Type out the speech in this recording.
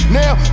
now